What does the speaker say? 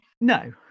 No